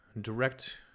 direct